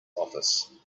office